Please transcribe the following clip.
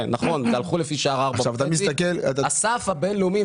הסף הבינלאומי,